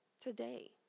today